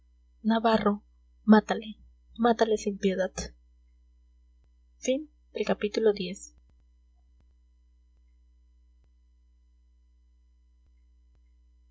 navarro mátale mátale sin piedad